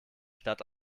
stadt